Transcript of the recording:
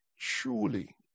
truly